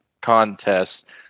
contests